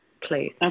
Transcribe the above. please